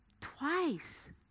Twice